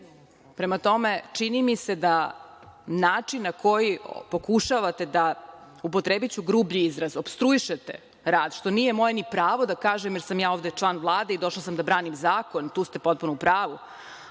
Prema tome, čini mi se da način na koji pokušavate da, upotrebiću grublji izraz, opstruišete rad, što nije moje ni pravo da kažem jer sam ja ovde član Vlade i došla sam da branim zakon, tu ste potpuno u pravu,